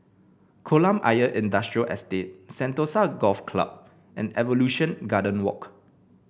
Kolam Ayer Industrial Estate Sentosa Golf Club and Evolution Garden Walk